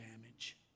damage